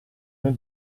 nel